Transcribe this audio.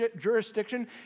jurisdiction